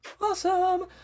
awesome